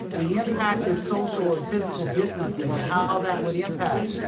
the impact of social and physical distancing and how that would impact.